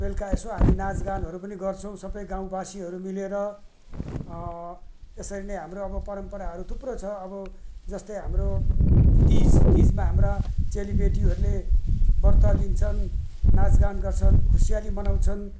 बेलुका यसो हामी नाचगानहरू पनि गर्छौँ सबै गाउँबासीहरू मिलेर यसरी नै हाम्रो अब परम्पराहरू थुप्रो छ अब जस्तै हाम्रो तिज तिजमा हाम्रा चेलीबेटीहरूले व्रत लिन्छन् नाचगान गर्छन् खुसियाली मनाउँछन्